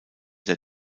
der